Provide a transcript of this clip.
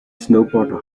snowboarder